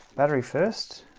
battery first